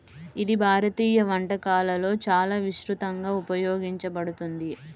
ఇది భారతీయ వంటకాలలో చాలా విస్తృతంగా ఉపయోగించబడుతుంది